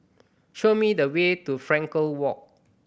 show me the way to Frankel Walk